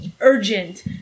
urgent